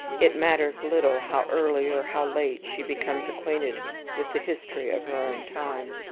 it matters little how early or how late she becomes acquainted with the history of her own time.